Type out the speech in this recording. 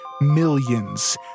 millions